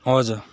हजुर